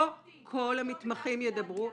לא כל המתמחים ידברו.